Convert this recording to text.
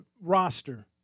roster